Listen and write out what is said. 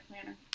planner